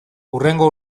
hurrengo